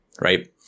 right